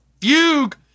fugue